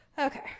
okay